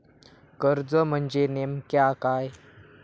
कर्ज म्हणजे नेमक्या काय?